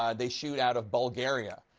um they shoot out of bulgaria.